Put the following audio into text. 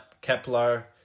Kepler